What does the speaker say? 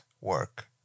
work